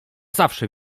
zawsze